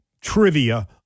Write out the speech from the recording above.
trivia